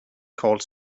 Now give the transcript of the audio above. called